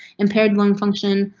impaired lung function.